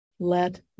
let